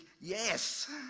yes